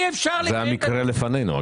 אני לא חושב שמישהו מאיתנו יכול לומר שהוא מסוגל.